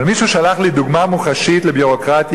אבל מישהו שלח לי דוגמה מוחשית לביורוקרטיה,